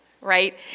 Right